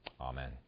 Amen